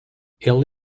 ele